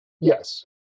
Yes